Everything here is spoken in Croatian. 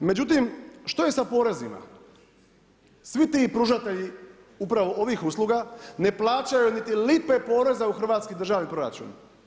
Međutim, što je sa porezima, svi ti pružatelji, upravo ovih usluga, ne plaćaju niti lipe poreza u hrvatski državni proračun.